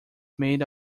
made